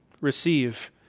receive